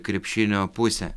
krepšinio pusė